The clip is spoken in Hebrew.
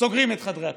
סוגרים את חדרי הכושר,